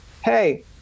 hey